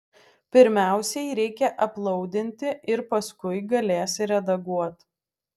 pirmiausiai reikia aplaudinti ir paskui galėsi redaguot